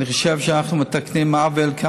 אני חושב שאנחנו מתקנים כאן עוול,